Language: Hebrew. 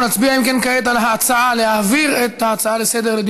אנחנו נצביע כעת על ההצעה להעביר את ההצעה לסדר-היום